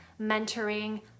mentoring